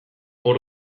hor